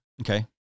Okay